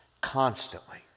constantly